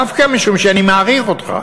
דווקא משום שאני מעריך אותך.